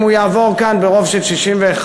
אם הוא יעבור כאן ברוב של 61,